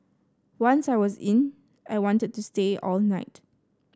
once I was in I wanted to stay all night